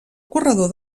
corredor